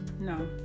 No